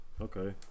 okay